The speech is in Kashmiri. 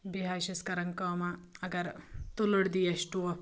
بیٚیہِ حظ چھِس کَران کٲمہ اگر تُلٕر دی اَسہِ ٹوٚپھ